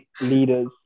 leaders